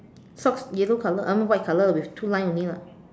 socks yellow color uh no white color with two line only lah